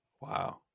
Wow